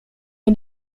nie